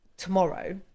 tomorrow